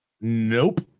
Nope